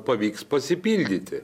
pavyks pasipildyti